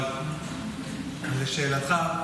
לשאלתך,